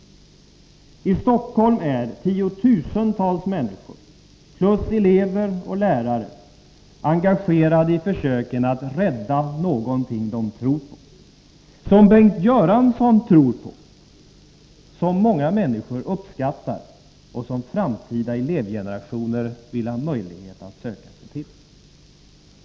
I Stockholm är elever och lärare och tiotusentals andra människor engagerade i försöken att rädda någonting som de tror på, som Bengt Göransson tror på, som många människor uppskattar och som framtida elevgenerationer vill ha möjlighet att söka sig till.